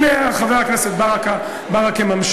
הנה, חבר הכנסת ברכה ממשיך.